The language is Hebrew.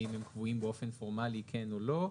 האם הם קבועים באופן פורמלי כן או לא,